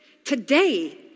Today